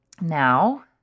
Now